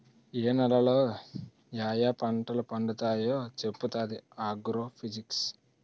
ఏ నేలలో యాయా పంటలు పండుతావో చెప్పుతాది ఆగ్రో ఫిజిక్స్